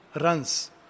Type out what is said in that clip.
runs